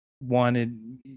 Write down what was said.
wanted